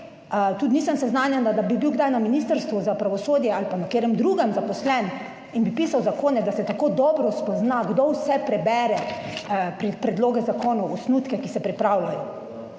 Tudi nisem seznanjena, da bi bil kdaj na Ministrstvu za pravosodje ali pa na katerem drugem zaposlen in bi pisal zakone, da se tako dobro spozna, kdo vse prebere predloge zakonov, osnutke, ki se pripravljajo.